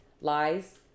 Lies